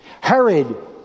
Herod